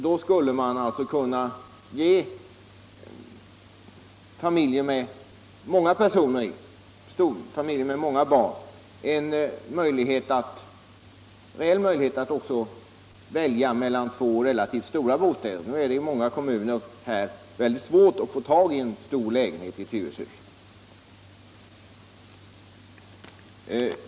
Därigenom skulle familjer med många barn ges en reell möjlighet att välja mellan två relativt stora bostäder. Nu är det i många kommuner, exempelvis i Tyresö, svårt att få tag på en stor lägenhet.